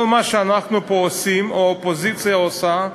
כל מה שאנחנו פה עושים, או האופוזיציה עושה,